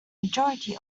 majority